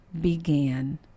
began